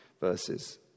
verses